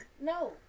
No